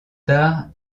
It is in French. tard